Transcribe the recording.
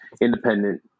independent